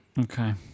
Okay